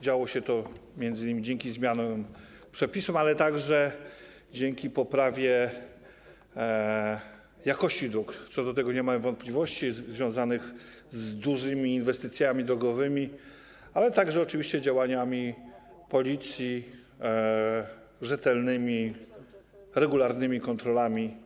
Działo się to m.in. dzięki zmianom przepisów, ale także dzięki poprawie jakości dróg, co do tego nie mamy wątpliwości, związanej z dużymi inwestycjami drogowymi, ale także oczywiście z działaniami policji, rzetelnymi, regularnymi kontrolami.